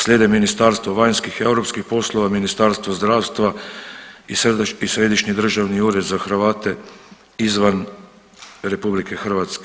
Slijede Ministarstvo vanjskih i europskih poslova, Ministarstvo zdravstva i Središnji državni ured za Hrvate izvan RH.